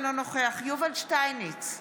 אינו נוכח יוראי להב הרצנו,